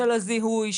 של הזיהוי,